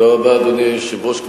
אדוני היושב-ראש,